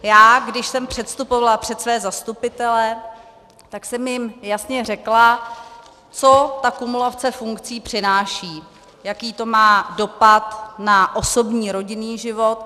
Já když jsem předstupovala před své zastupitele, tak jsem jim jasně řekla, co ta kumulace funkcí přináší, jaký to má dopad na osobní, rodinný život.